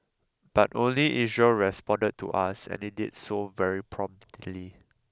but only Israel responded to us and it did so very promptly